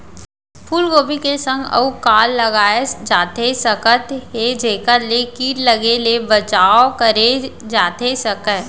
फूलगोभी के संग अऊ का लगाए जाथे सकत हे जेखर ले किट लगे ले बचाव करे जाथे सकय?